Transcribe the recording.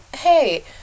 hey